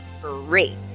free